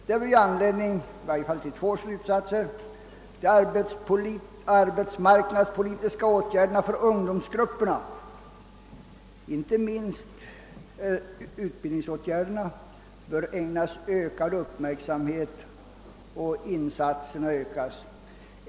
Detta ger anledning till i varje fall två slutsatser: De arbetspolitiska åtgärderna för ungdomsgrupperna, inte minst utbildningsåtgärderna, bör ägnas ökad uppmärksamhet och insatserna stegras.